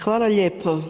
Hvala lijepo.